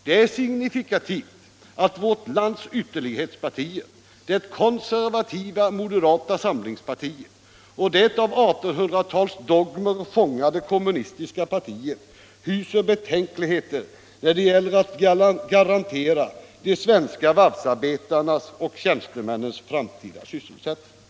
Det är signifikativt att vårt lands ytterlighetspartier — det konservativa moderata samlingspartiet och det av 1800-talsdogmer fångade kommunistiska partiet — hyser betänkligheter när det gäller att garantera de svenska varvsarbetarnas och tjänstemännens framtida sysselsättning.